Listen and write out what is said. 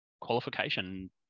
qualification